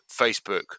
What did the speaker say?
Facebook